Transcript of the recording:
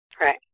Right